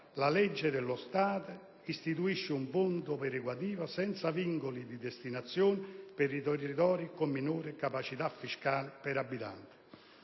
«la legge dello Stato istituisce un fondo perequativo, senza vincoli di destinazione, per i territori con minore capacità fiscale per abitante».